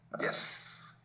yes